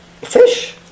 fish